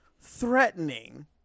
threatening